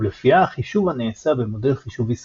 ולפיה חישוב הנעשה במודל חישובי סביר,